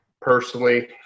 Personally